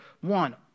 one